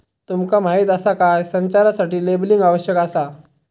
तुमका माहीत आसा काय?, संचारासाठी लेबलिंग आवश्यक आसा